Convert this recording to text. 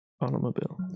Automobile